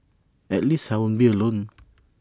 at least I won't be alone